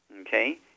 okay